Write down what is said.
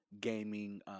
gaming